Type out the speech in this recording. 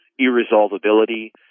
irresolvability